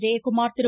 Jayakumar Thiru